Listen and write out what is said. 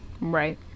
Right